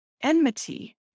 enmity